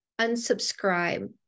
unsubscribe